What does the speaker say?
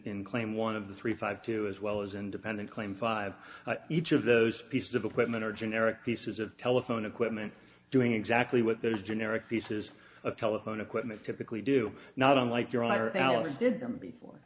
n claim one of the three five two as well as independent claim five each of those pieces of equipment are generic pieces of telephone equipment doing exactly what their generic pieces of telephone equipment typically do not unlike your i or alex did them before